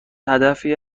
هدفی